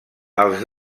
els